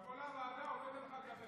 תבוא לוועדה, הוא לא ייתן לך לדבר.